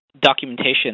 documentation